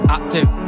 Active